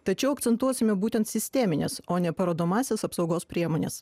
tačiau akcentuosime būtent sistemines o ne parodomąsias apsaugos priemones